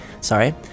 Sorry